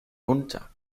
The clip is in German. runter